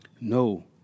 no